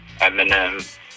Eminem